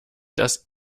dass